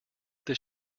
this